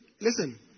Listen